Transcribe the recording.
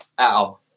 Ow